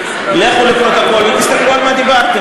לכו לפרוטוקול ותסתכלו על מה דיברתם,